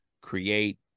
create